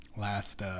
Last